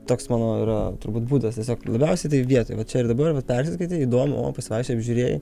toks mano yra turbūt būdas tiesiog labiausiai tai vietoj va čia ir dabar vat persiskaitei įdomu o pasivaikščiojai apžiūrėjai